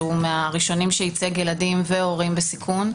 שהוא מהראשונים שייצג ילדים והורים בסיכון,